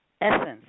essence